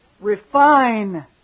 refine